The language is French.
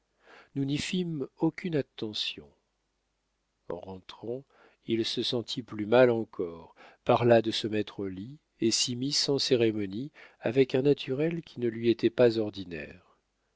nous n'y fîmes aucune attention en rentrant il se sentit plus mal encore parla de se mettre au lit et s'y mit sans cérémonie avec un naturel qui ne lui était pas ordinaire